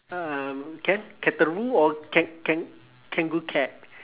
um can cataroo or kan~ kan~ kangoocat